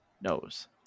knows